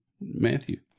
Matthew